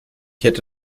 hätte